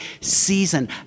season